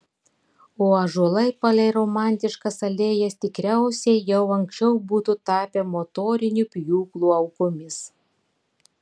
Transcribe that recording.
o ąžuolai palei romantiškas alėjas tikriausiai jau anksčiau būtų tapę motorinių pjūklų aukomis